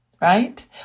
right